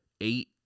eight